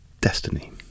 destiny